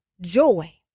joy